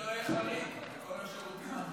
נעמה, כדי שזה לא יהיה חריג מכל השירותים האחרים.